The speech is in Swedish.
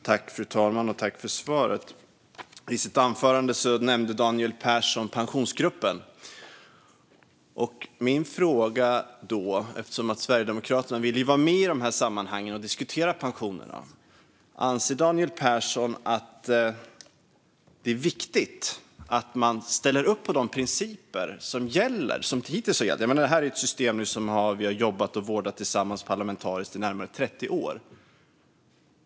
Fru talman! Jag tackar ledamoten för svaret. I sitt anförande nämnde Daniel Persson Pensionsgruppen. Sverigedemokraterna vill ju vara med i de här sammanhangen och diskutera pensionerna. Min fråga är därför om Daniel Persson anser att det är viktigt att man ställer upp på de principer som hittills har gällt. Detta är ju ett system som vi har jobbat med och vårdat tillsammans parlamentariskt i närmare 30 år.